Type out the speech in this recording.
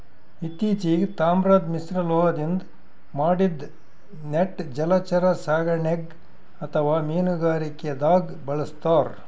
ಇತ್ತಿಚೀಗ್ ತಾಮ್ರದ್ ಮಿಶ್ರಲೋಹದಿಂದ್ ಮಾಡಿದ್ದ್ ನೆಟ್ ಜಲಚರ ಸಾಕಣೆಗ್ ಅಥವಾ ಮೀನುಗಾರಿಕೆದಾಗ್ ಬಳಸ್ತಾರ್